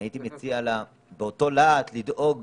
שאני הייתי מציע לה באותו להט לדאוג